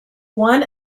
one